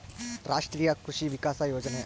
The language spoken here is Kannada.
ರಾಷ್ಟ್ರೀಯ ಕೃಷಿ ವಿಕಾಸ ಯೋಜನೆ